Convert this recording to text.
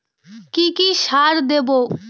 কি কি সার দেবো?